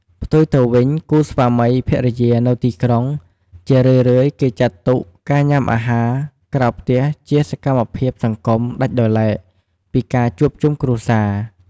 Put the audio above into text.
ផ្ទុយទៅវិញ គូស្វាមីភរិយានៅទីក្រុង ជារឿយៗគេចាត់ទុកការញ៉ាំអាហារក្រៅផ្ទះជាសកម្មភាពសង្គមដាច់ដោយឡែក ពីការជួបជុំគ្រួសារ។